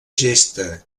gesta